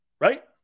Right